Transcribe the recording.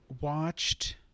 watched